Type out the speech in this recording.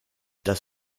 das